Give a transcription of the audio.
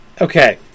Okay